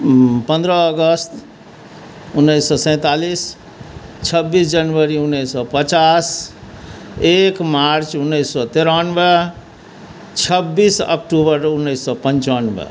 पन्द्रह अगस्त उन्नैस सए सैंतालिस छब्बीस जनवरी उन्नैस सए पचास एक मार्च उन्नैस सए तेरानबे छब्बीस अक्टूबर उन्नैस सए पञ्चानबे